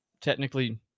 technically